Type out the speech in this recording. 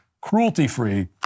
cruelty-free